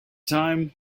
time